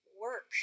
work